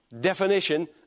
definition